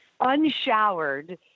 unshowered